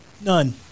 None